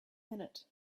minute